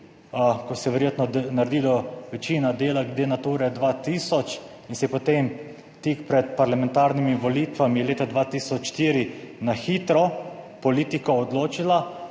ko se je verjetno naredilo večina dela glede Nature 2000 in se je potem tik pred parlamentarnimi volitvami leta 2004 na hitro politika odločila,